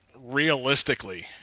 realistically